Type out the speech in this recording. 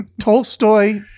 Tolstoy